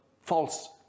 false